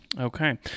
Okay